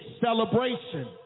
celebration